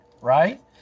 right